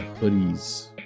hoodies